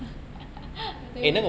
I tell you